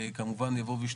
אני מבין שיש מצבים